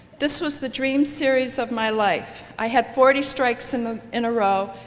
this was the dream series of my life i had forty strikes um ah in a row,